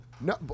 No